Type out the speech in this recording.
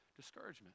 discouragement